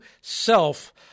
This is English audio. self